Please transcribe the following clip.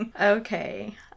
Okay